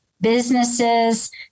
businesses